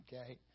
okay